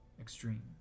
extreme